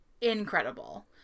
incredible